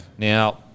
Now